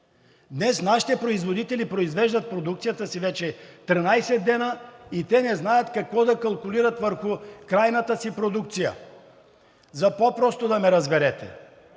Днес нашите производители произвеждат продукцията си вече 13 дни и те не знаят какво да калкулират върху крайната си продукция. За по-просто да ме разберете